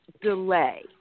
delay